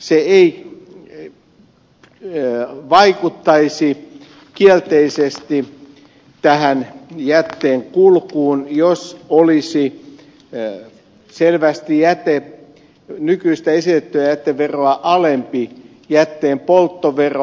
se ei vaikuttaisi kielteisesti jätteen kulkuun jos olisi selvästi nykyistä esitettyä jäteveroa alempi jätteenpolttovero